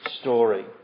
story